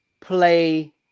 play